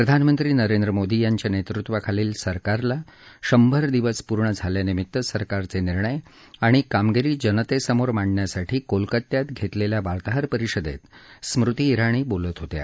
प्रधानमंत्री नरेंद्र मोदी यांच्या नेतृत्वाखालील सरकारला शंभर दिवस पूर्ण झाल्यानिमित्त सरकारचे निर्णय आणि कामगिरी जनतेसमोर मांडण्यासाठी कोलकात्यात घेतलेल्या वार्ताहर परिषदेत त्या आज बोलत होत्या